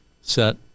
set